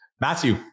Matthew